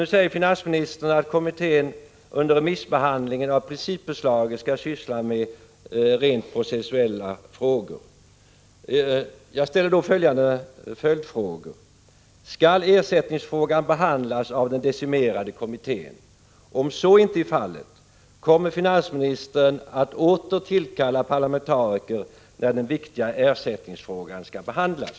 Nu säger finansministern att kommittén under remissbehandlingen av principförslaget skall syssla med rent processuella frågor. Jag ställer då följande följdfrågor: Skall ersättningsfrågan behandlas av den decimerade kommittén? Om så inte är fallet, kommer finansministern att åter tillkalla parlamentariker när den viktiga ersättningsfrågan skall behandlas?